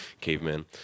caveman